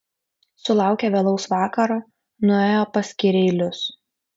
sulaukę vėlaus vakaro nuėjo pas kireilius